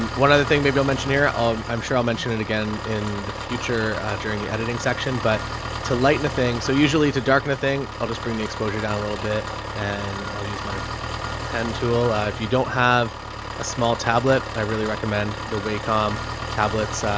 and one other thing maybe i'll mention here, i'll, i'm sure i'll mention it again in the future, ah, during the editing section, but to lighten a thing, so usually to darken a thing, i'll just bring the exposure down a little bit and i'll use my pen tool. ah, if you don't have a small tablet, i really recommend the way calm tablets. ah,